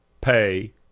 pay